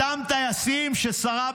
אותם טייסים ששרה